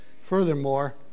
Furthermore